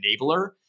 enabler